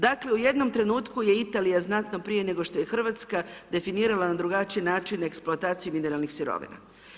Dakle, u jednom trenutku je Italija znatno prije nego što je RH definirala na drugačiji način eksploataciju mineralnih sirovina.